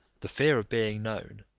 the fear of being known,